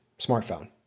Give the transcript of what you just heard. smartphone